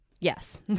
yes